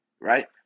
right